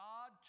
God